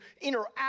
interact